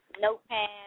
notepad